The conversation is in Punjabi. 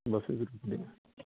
ਬਸਿਸ